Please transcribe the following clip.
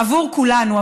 עבור כולנו,